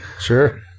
Sure